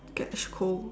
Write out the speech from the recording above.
catch cold